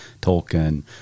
Tolkien